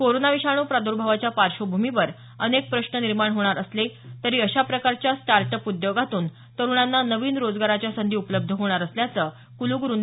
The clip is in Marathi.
कोरोना विषाणू प्रादर्भावाच्या पार्श्वभूमीवर अनेक प्रश्न निर्माण होणार असले तरी अशा प्रकारच्या स्टार्टअप उद्योगांतून तरुणांना नवीन रोजगाराच्या संधी उपलब्ध होणार असल्याचं कुलग़रु डॉ